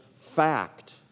fact